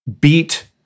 beat